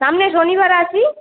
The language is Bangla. সামনে শনিবার আসি